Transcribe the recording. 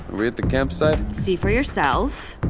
we at the campsite? see for yourself